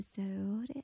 episode